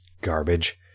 garbage